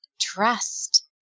Trust